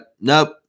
nope